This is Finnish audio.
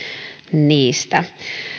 niistä